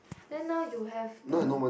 then now you have the